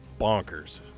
bonkers